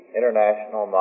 International